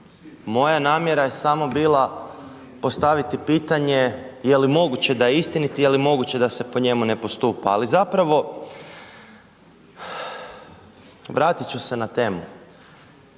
moja namjera je samo bila postaviti pitanje je li moguće da je istinit i je li moguće da se po njemu ne postupa, ali zapravo vratit ću se na temu.